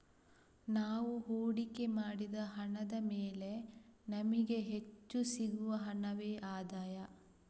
ನಾವು ಹೂಡಿಕೆ ಮಾಡಿದ ಹಣದ ಮೇಲೆ ನಮಿಗೆ ಹೆಚ್ಚು ಸಿಗುವ ಹಣವೇ ಆದಾಯ